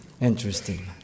interesting